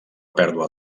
pèrdua